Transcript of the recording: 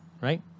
Right